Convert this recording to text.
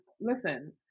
Listen